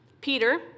Peter